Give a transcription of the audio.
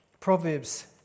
Proverbs